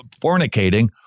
fornicating